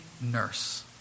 nurse